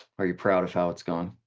are you proud of how it's gone?